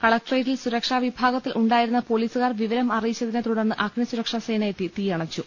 കലക്ടറേറ്റിൽ സുരക്ഷാ വിഭാഗത്തിൽ ഉണ്ടായിരുന്ന പൊലീസുകാർ വിവരം അറിയിച്ചതിനെത്തുടർന്ന് അഗ്നി സുരക്ഷാ സേന എത്തി തീയ ണച്ചു